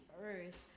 earth